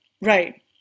Right